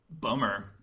Bummer